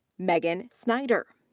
megan snider.